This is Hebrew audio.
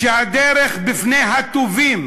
שהדרך בפני הטובים